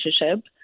relationship